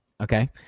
okay